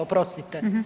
Oprostite.